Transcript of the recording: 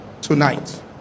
tonight